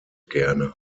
gerne